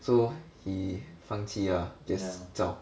so he 放弃 just zao